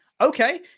okay